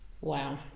Wow